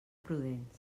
prudents